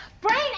Brain